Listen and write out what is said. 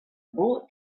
bullet